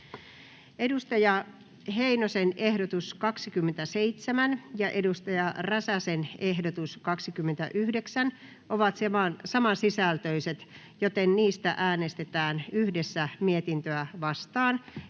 Timo Heinosen ehdotus 27 ja Päivi Räsäsen ehdotus 29 ovat saman sisältöiset, joten niistä äänestetään yhdessä mietintöä vastaan.